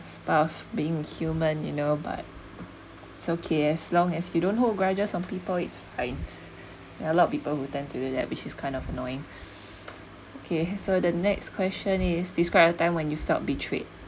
part of being human you know but it's okay as long as you don't hold grudges on people it's fine ya a lot of people who tend to do that which is kind of annoying okay so the next question is describe your time when you felt betrayed